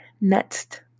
next